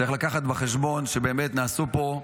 צריך לקחת בחשבון שבאמת נעשו פה,